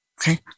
Okay